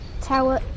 tower